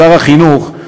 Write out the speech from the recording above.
שר החינוך,